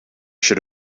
should